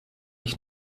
ich